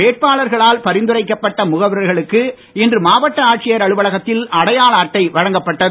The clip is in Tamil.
வேட்பாளர்களால் பரிந்துரைக்கப்பட்ட முகர்வர்களுக்கு இன்று மாவட்ட ஆட்சியர் அலுவலகத்தில் அடையாள அட்டை வழங்கப்பட்டது